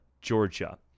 Georgia